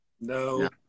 No